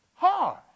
Hard